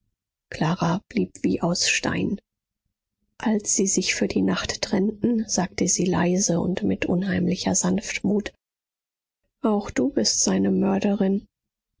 clara blieb wie aus stein als sie sich für die nacht trennten sagte sie leise und mit unheimlicher sanftmut auch du bist seine mörderin